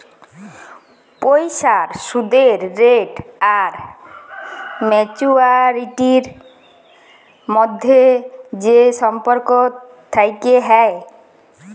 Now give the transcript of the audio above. পইসার সুদের রেট আর ম্যাচুয়ারিটির ম্যধে যে সম্পর্ক থ্যাকে হ্যয়